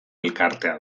elkartea